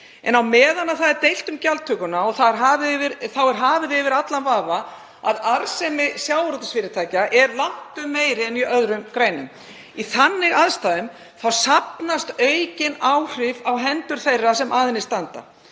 Á meðan deilt er um gjaldtökuna þá er hafið yfir allan vafa að arðsemi sjávarútvegsfyrirtækja er langtum meiri en í öðrum greinum. Í þannig aðstæðum safnast aukin áhrif á hendur þeirra sem að greininni standa.